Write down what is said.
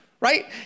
right